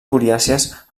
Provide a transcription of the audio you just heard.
coriàcies